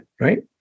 right